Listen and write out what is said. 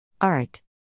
Art